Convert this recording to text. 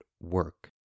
work